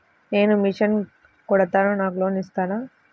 నేను మిషన్ కుడతాను నాకు లోన్ ఇస్తారా?